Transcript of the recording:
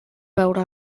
veure